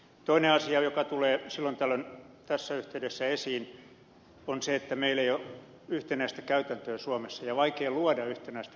toinen asia joka tulee silloin tällöin tässä yhteydessä esiin on se että meillä ei ole yhtenäistä käytäntöä suomessa ja on vaikea luoda yhtenäistä käytäntöä